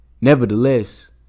nevertheless